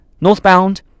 northbound